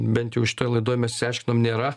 bent jau šitoj laidoj mes išsiaiškinom nėra